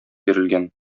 бирелгән